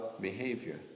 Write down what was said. behavior